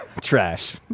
trash